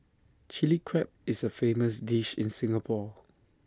Chilli Crab is A famous dish in Singapore